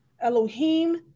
Elohim